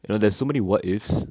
you know there's so many what ifs